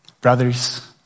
brothers